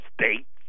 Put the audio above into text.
States